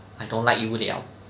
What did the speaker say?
I don't like you liao